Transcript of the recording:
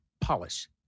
Polish